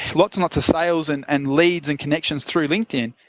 lots and lots of sales and and leads in connections through linkedin,